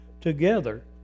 together